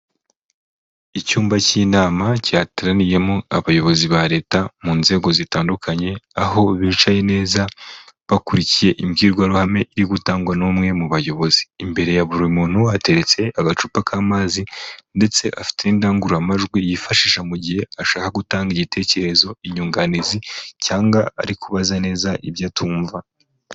Icyumba cy'inama cyateraniyemo abayobozi ba leta mu nzego zitandukanye, aho bicaye neza bakurikiye imbwirwaruhame iri gutangwa n'umwe mu bayobozi, imbere ya buri muntu hateretse agacupa k'amazi ndetse afite n'indangururamajwi, yifashisha mu gihe ashaka gutanga igitekerezo ,inyunganizi cyangwa ari kubaza neza ibyo atumva.